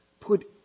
put